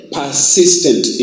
persistent